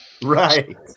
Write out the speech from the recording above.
Right